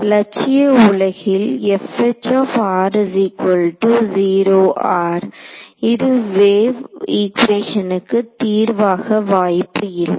இலட்சிய உலகில் இது வேவ் ஈகுவேஷனுக்கு தீர்வாக வாய்ப்பு இல்லை